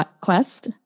quest